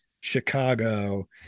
Chicago